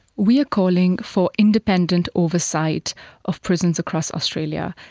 we are calling for independent oversight of prisons across australia.